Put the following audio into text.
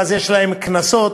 ואז יש להם קנסות.